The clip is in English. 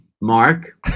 Mark